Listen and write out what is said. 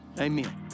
Amen